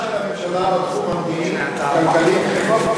כישלונה של הממשלה בתחום המדיני, הכלכלי והחברתי.